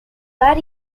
were